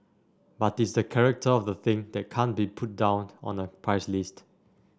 but it's the character of the thing that can't be put down on a price list